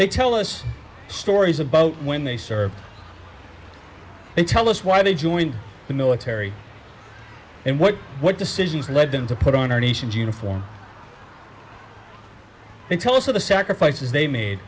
they tell us stories about when they served they tell us why they joined the military and what what decisions led them to put on our nation's uniform and tell us of the sacrifices they made